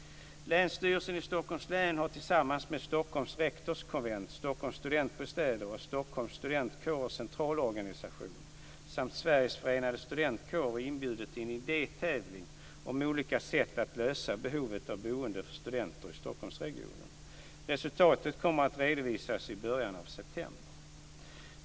Länsstyrelsen i Stockholms län har tillsammans med Stockholms rektorskonvent, Stockholms studentbostäder och Stockholms studentkårers centralorganisation samt Sveriges förenade studentkårer inbjudit till en idétävling om olika sätt att lösa behovet av boende för studenter i Stockholmsregionen. Resultaten kommer att redovisas i början av september.